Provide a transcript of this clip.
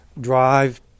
drive